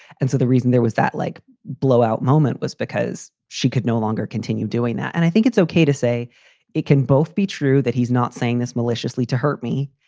and so the reason there was that like blow out moment was because she could no longer continue doing that. and i think it's ok to say it can both be true that he's not saying this maliciously to hurt me.